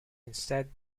instead